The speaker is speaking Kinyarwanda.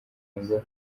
ngo